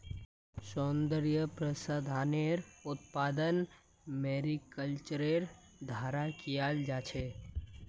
सौन्दर्य प्रसाधनेर उत्पादन मैरीकल्चरेर द्वारा कियाल जा छेक